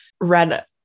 read